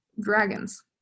Dragons